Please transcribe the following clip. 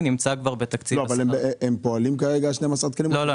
ואפילו פעם אחת לא הראתה לי